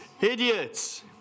Idiots